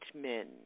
men